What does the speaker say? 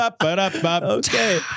Okay